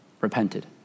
repented